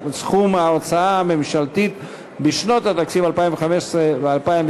וסכום ההוצאה הממשלתית בשנות התקציב 2015 ו-2016),